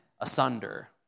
asunder